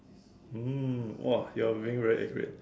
mm !wah! you're being very accurate